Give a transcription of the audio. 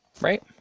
right